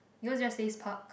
yours just says park